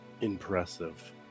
impressive